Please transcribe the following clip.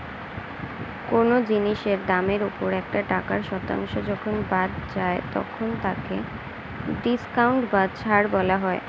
কোন জিনিসের দামের ওপর একটা টাকার শতাংশ যখন বাদ যায় তখন তাকে ডিসকাউন্ট বা ছাড় বলা হয়